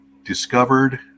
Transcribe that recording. discovered